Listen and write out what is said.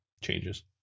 changes